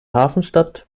hafenstadt